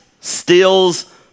steals